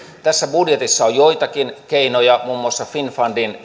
tässä budjetissa on joitakin keinoja muun muassa finnfundin